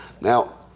Now